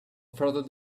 further